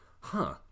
Huh